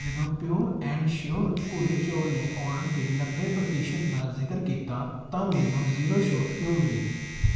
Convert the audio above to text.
ਜਦੋਂ pure and sure ਭੂਰੇ ਚੌਲ ਨੇ ਔਡਰ 'ਤੇ ਨੱਬੇ ਪ੍ਰਤੀਸ਼ਤ ਦਾ ਜ਼ਿਕਰ ਕੀਤਾ ਤਾਂ ਮੈਨੂੰ ਜ਼ੀਰੋ ਛੋਟ ਕਿਉਂ ਮਿਲੀ